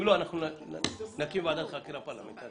אם לא, נקים ועדת חקירה פרלמנטרית.